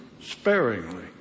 sparingly